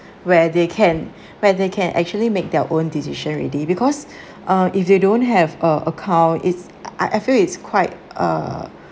where they can where they can actually make their own decision already because uh if they don't have uh account it's I I feel it's quite uh